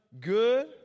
good